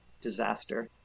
disaster